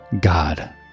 God